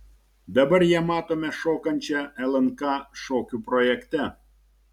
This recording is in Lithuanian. dabar ją matome šokančią lnk šokių projekte